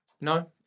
No